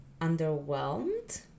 underwhelmed